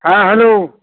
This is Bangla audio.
হ্যাঁ হ্যালো